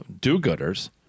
do-gooders